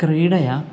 क्रीडया